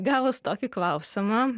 gavus tokį klausimą